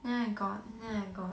then I got then I got